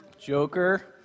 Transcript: Joker